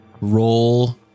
roll